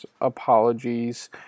apologies